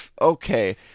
okay